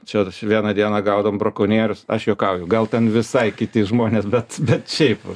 čia vieną dieną gaudom brakonierius aš juokauju gal ten visai kiti žmonės bet bet šiaip